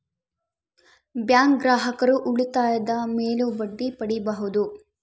bank ಗ್ರಾಹಕರು ಉಳಿತಾಯದ ಮೇಲೂ ಬಡ್ಡಿ ಪಡೀಬಹುದು